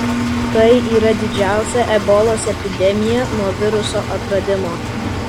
tai yra didžiausia ebolos epidemija nuo viruso atradimo